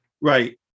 Right